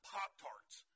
Pop-Tarts